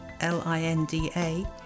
l-i-n-d-a